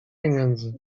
pieniędzy